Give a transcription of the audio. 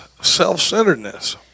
self-centeredness